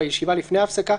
עוד בישיבה שלפני ההפסקה,